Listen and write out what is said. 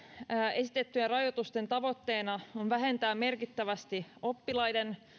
esitettyjen rajoitusten tavoitteena on vähentää merkittävästi oppilaiden